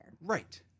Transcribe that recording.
Right